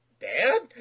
Dad